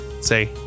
Say